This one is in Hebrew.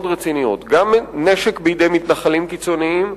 רציניות: גם נשק בידי מתנחלים קיצוניים,